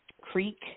creek